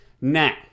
Now